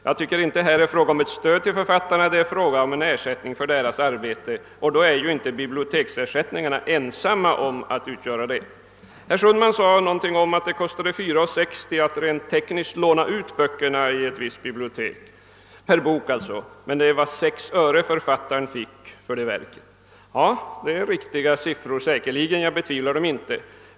Jag tycker inte att det här är fråga om ett stöd till författarna, utan det är fråga om en ersättning för deras arbete, och biblioteksersättningarna är ju inte ensamma om att utgöra sådan ersättning. Herr Sundman nämnde att det kostar 4 kronor 60 öre att rent tekniskt låna ut en bok i ett visst bibliotek, medan författaren får 6 öre per lån. Det är säkerligen riktiga siffror; jag betvivlar dem inte.